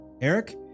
Eric